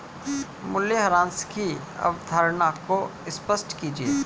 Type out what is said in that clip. मूल्यह्रास की अवधारणा को स्पष्ट कीजिए